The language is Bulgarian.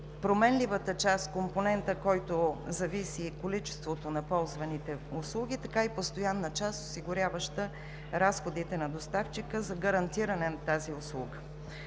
променливата част – компонент, който зависи от количеството на ползваните услуги, така и постоянна част, осигуряваща разходите на доставчика за гарантиране на тази услуга.